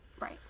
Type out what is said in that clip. right